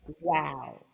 Wow